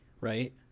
right